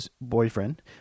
boyfriend